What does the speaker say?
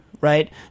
Right